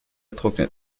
trocknet